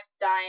dying